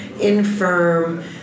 infirm